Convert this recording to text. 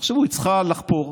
צריכה לחפור,